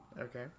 Okay